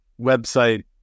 website